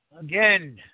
again